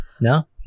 no